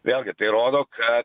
vėlgi tai rodo kad